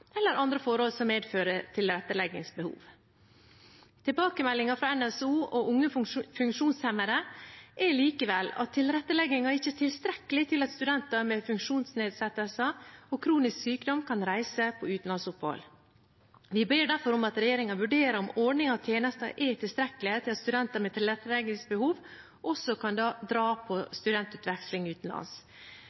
eller andre forhold som medfører tilretteleggingsbehov. Tilbakemeldingen fra NSO og Unge funksjonshemmede er likevel at tilretteleggingen ikke er tilstrekkelig til at studenter med funksjonsnedsettelser og kronisk sykdom kan reise på utenlandsopphold. Vi ber derfor om at regjeringen vurderer om ordninger og tjenester er tilstrekkelige til at studenter med tilretteleggingsbehov også kan dra på studentutveksling utenlands.